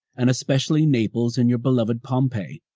and especially naples and your beloved pompeii,